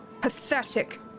Pathetic